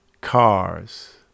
cars